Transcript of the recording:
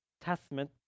Testament